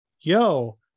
Yo